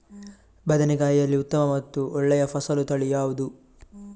ಬದನೆಕಾಯಿಯಲ್ಲಿ ಉತ್ತಮ ಮತ್ತು ಒಳ್ಳೆಯ ಫಸಲು ತಳಿ ಯಾವ್ದು?